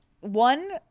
one